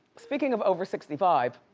speaking of over sixty five.